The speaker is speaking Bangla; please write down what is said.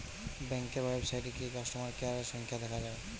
ব্যাংকের ওয়েবসাইটে গিয়ে কাস্টমার কেয়ারের সংখ্যা দেখা যায়